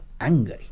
angry